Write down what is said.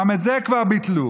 גם את זה כבר ביטלו.